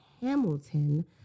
Hamilton